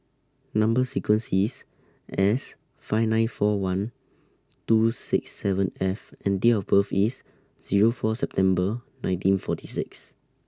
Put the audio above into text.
Number sequence IS S five nine four one two six seven F and Date of birth IS Zero four September nineteen forty six